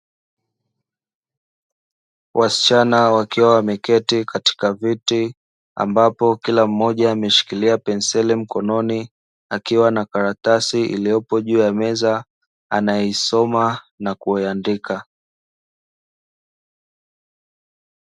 Wasichana wakiwa wameketi katika viti, ambapo kila mmoja ameshikilia penseli mkononi akiwa na karatasi iliyopo juu ya meza, anayoisoma na kuiandika.